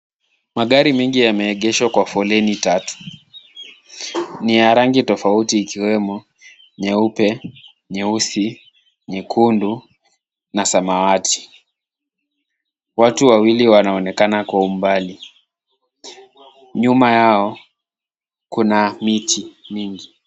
Magari mengi yameegeshwa kwa kwa foleni tatu. Ni ya rangi tofauti ikiwemo nyeupe, nyeusi, nyekundu na samawati. Watu wawili wanaonekana kwa umbali. Nyuma yao kuna miti mingi.